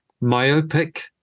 myopic